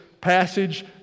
passage